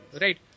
Right